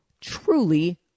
truly